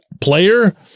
player